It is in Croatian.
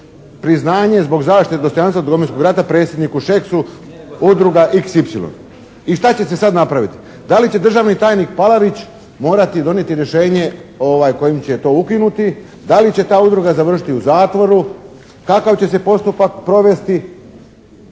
priznanje zbog zaštite dostojanstva Domovinskog rata predsjedniku Šeksu, udruga «xy». I šta će se sad napraviti? Da li će državni tajnik Palarić morati donijeti rješenje kojim će to ukinuti? Da li će ta udruga završiti u zatvoru? Kakav će se postupak provesti?